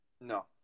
No